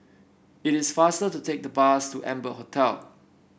it is faster to take the bus to Amber Hotel